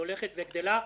והיא הולכת וגדלה,